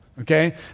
Okay